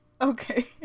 Okay